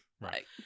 Right